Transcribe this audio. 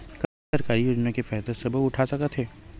का सरकारी योजना के फ़ायदा सबो उठा सकथे?